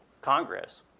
Congress